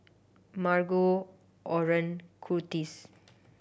Margo Oren Kurtis